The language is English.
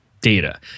data